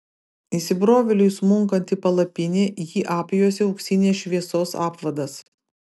įsibrovėliui smunkant į palapinę jį apjuosė auksinės šviesos apvadas